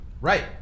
Right